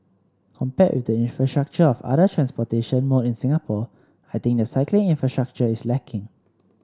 compared with the infrastructure of other transportation mode in Singapore I think the cycling infrastructure is lacking